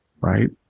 Right